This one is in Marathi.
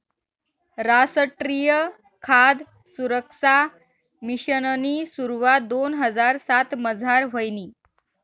रासट्रीय खाद सुरक्सा मिशननी सुरवात दोन हजार सातमझार व्हयनी